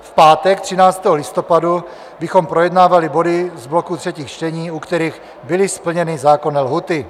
V pátek 13. listopadu bychom projednávali body z bloku třetích čtení, u kterých byly splněny zákonné lhůty.